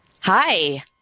Hi